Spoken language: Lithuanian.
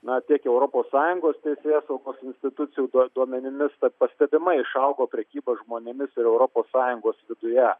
na tiek europos sąjungos teisėsaugos institucijų duo duomenimis pastebimai išaugo prekyba žmonėmis ir europos sąjungos viduje